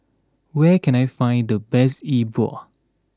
where can I find the best E Bua